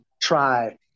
try